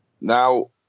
Now